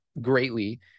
greatly